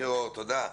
בוקר אור, תודה.